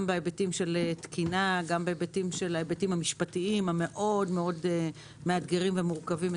בהיבטים של תקינה וגם בהיבטים המשפטיים המאוד מאוד מאתגרים ומורכבים.